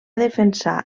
defensar